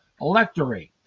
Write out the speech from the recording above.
electorate